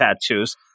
tattoos